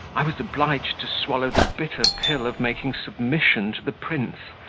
i was obliged to swallow the bitter pill of making submission to the prince,